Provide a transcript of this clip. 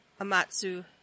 Amatsu